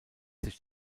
sich